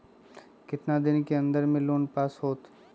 कितना दिन के अन्दर में लोन पास होत?